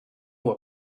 were